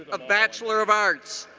ah bachelor of arts,